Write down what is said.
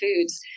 foods